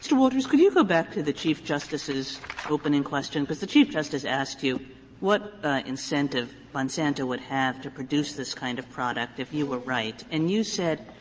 walters, can you go back to the chief justice's opening question, because the chief justice asked you what incentive monsanto would have to produce this kind of product if you were right. and you said,